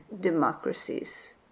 democracies